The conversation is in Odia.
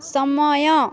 ସମୟ